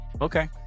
Okay